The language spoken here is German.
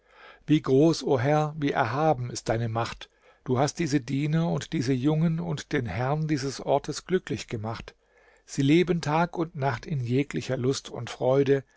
wie groß o herr wie erhaben ist deine macht du hast diese diener und diese jungen und den herrn dieses ortes glücklich gemacht sie leben tag und nacht in jeglicher lust und freude